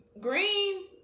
Greens